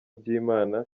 byimana